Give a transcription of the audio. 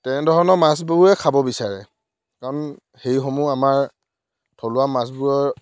তেনেধৰণৰ মাছবোৰে খাব বিচাৰে কাৰণ সেইসমূহ আমাৰ থলুৱা মাছবোৰৰ